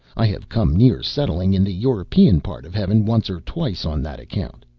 i have come near settling in the european part of heaven once or twice on that account.